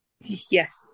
Yes